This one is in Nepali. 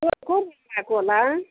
को को बोल्नु भएको होला